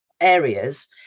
areas